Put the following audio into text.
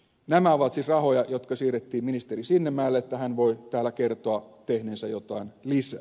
nämä ovat siis rahoja jotka siirrettiin ministeri sinnemäelle että hän voi täällä kertoa tehneensä jotain lisää